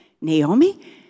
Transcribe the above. Naomi